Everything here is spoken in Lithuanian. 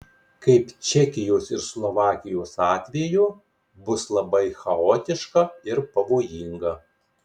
kaip čekijos ir slovakijos atveju bus labai chaotiška ir pavojinga